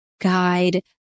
guide